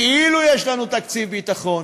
כאילו יש לנו תקציב ביטחון.